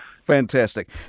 Fantastic